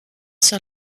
sur